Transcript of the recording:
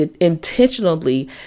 intentionally